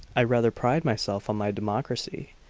i rather pride myself on my democracy.